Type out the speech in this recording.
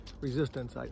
resistance